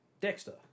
Dexter